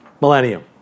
millennium